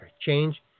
change